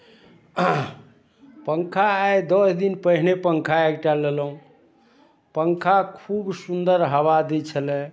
पङ्खा आइ दस दिन पहिने पङ्खा एकटा लेलहुँ पङ्खा खूब सुन्दर हवा दैत छलय